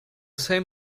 same